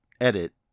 edit